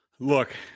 Look